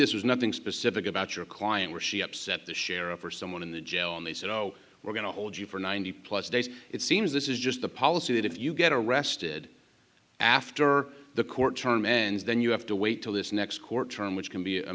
this was nothing specific about your client was she upset the sheriff or someone in the jail and they said no we're going to hold you for ninety plus days it seems this is just the policy that if you get arrested after the court term ends then you have to wait till this next court term which can be a